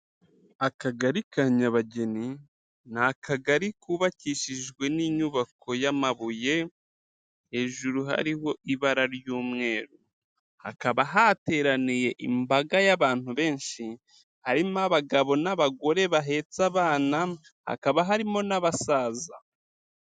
Akagari ka Nyabageni ni Akagari kubakishijwe n'inyubako y'amabuye, hejuru hariho ibara ry'umweru. Hakaba hateraniye imbaga y'abantu benshi, harimo abagabo n'abagore bahetse abana, hakaba harimo n'abasaza.